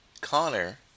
Connor